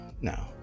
No